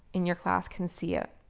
in your class can see it.